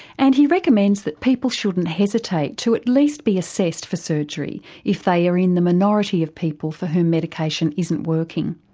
and he recommends that people shouldn't hesitate to at least be assessed for surgery if they are in the minority of people for whom medication isn't working.